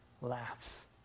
laughs